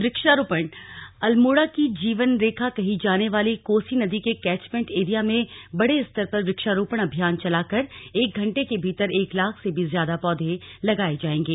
वृक्षारोपण अल्मोड़ा की जीवनरेखा कही जाने वाली कोसी नदी के कैचमैंट एरिया में बड़े स्तर पर वृक्षारोपण अभियान चलाकर एक घण्टे के भीतर एक लाख से भी ज्यादा पौधे लगाए जांएगे